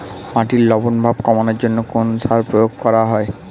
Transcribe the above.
মাটির লবণ ভাব কমানোর জন্য কোন সার প্রয়োগ করা হয়?